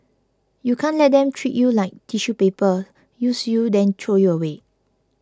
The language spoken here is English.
you can't let them treat you like tissue paper use you then throw you away